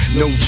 no